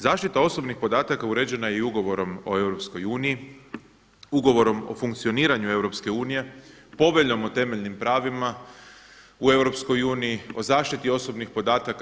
Zaštita osobnih podataka uređena je i Ugovorom o EU, Ugovorom o funkcioniranju EU, Poveljom o temeljnim pravima u EU, o zaštiti osobnih podataka.